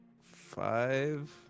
Five